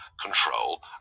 control